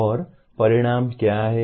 और परिणाम क्या है